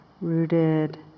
rooted